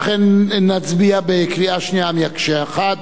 ולכן נצביע בקריאה שנייה כמקשה אחת.